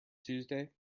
tuesday